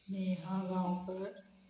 Neha Gaonkar